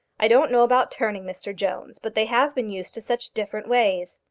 i don't know about turning, mr jones, but they have been used to such different ways.